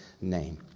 name